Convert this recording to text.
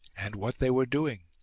and what they were doing,